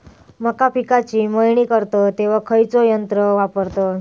मका पिकाची मळणी करतत तेव्हा खैयचो यंत्र वापरतत?